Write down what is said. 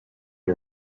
her